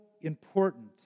important